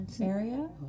area